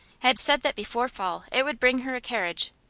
had said that before fall it would bring her a carriage,